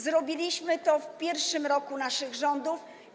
Zrobiliśmy to w pierwszym roku naszych rządów.